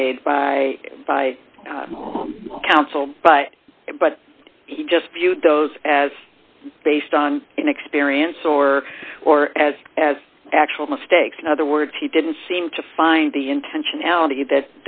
made by by counsel but but he just viewed those as based on inexperience or or as as actual mistakes in other words he didn't seem to find the intentionality that